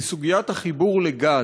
היא סוגיית החיבור לגז.